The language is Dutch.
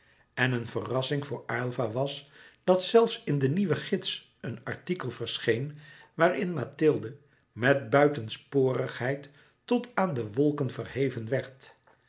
en een verrassing voor aylva was dat zelfs in de nieuwe gids een artikel verscheen waarin louis couperus metamorfoze mathilde met buitensporigheid tot aan de wolken verheven werd